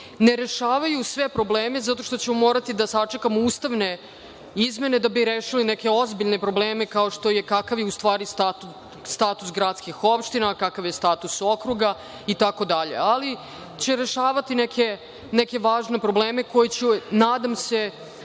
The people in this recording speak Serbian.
ne rešavaju sve probleme zato što ćemo morati da sačekamo ustavne izmene da bi rešili neke ozbiljne probleme, kao što je – kakav je u stvari status gradskih opština, kakav je status okruga itd, ali će rešavati neke važne probleme koje će, nadam se,